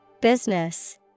Business